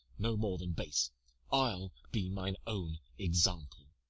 no more than base i ll be mine own example